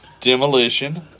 Demolition